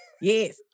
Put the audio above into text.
yes